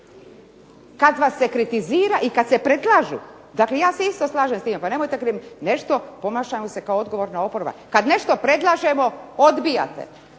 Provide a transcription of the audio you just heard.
Kada vas se kritizira i kada se predlažu, dakle ja se isto slažem s tim, pa nemojte. Ponašajmo se kao odgovorna oporba. Kada nešto predlažemo, odbijate,